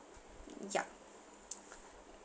yup